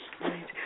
Right